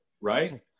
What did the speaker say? right